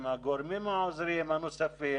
עם הגורמים העוזרים הנוספים